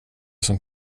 som